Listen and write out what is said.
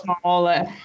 smaller